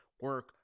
Work